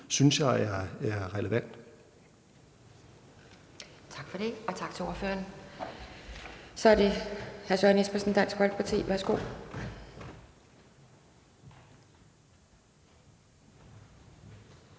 Kjærsgaard): Tak for det, og tak til ordføreren. Så er det hr. Søren Espersen, Dansk Folkeparti. Værsgo.